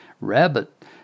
rabbit